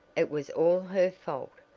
it was all her fault,